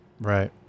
Right